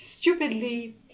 Stupidly